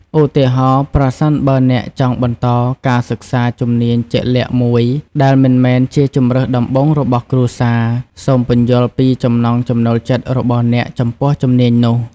ឧទាហរណ៍ ប្រសិនបើអ្នកចង់បន្តការសិក្សាជំនាញជាក់លាក់មួយដែលមិនមែនជាជម្រើសដំបូងរបស់គ្រួសារ សូមពន្យល់ពីចំណង់ចំណូលចិត្តរបស់អ្នកចំពោះជំនាញនោះ។